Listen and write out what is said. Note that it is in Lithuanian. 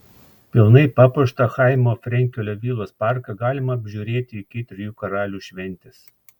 pilnai papuoštą chaimo frenkelio vilos parką galima apžiūrėti iki trijų karalių šventės